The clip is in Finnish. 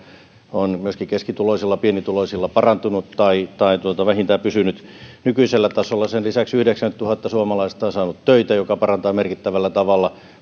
on myöskin keskituloisilla pienituloisilla parantunut tai tai vähintään pysynyt nykyisellä tasolla sen lisäksi yhdeksänkymmentätuhatta suomalaista on saanut töitä mikä parantaa merkittävällä tavalla